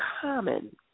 common